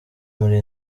muri